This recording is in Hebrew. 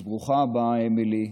אז ברוכה הבאה, אמילי,